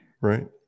right